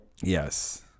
yes